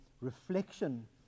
reflection